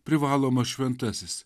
privaloma šventasis